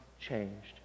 changed